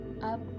up